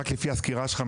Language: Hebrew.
רק לפי הסקירה שלך,